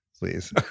please